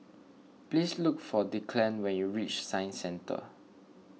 please look for Declan when you reach Science Centre